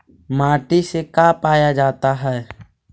माटी से का पाया जाता है?